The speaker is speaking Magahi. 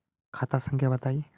खाता संख्या बताई?